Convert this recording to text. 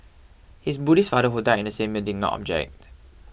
his Buddhist father who died in the same year did not object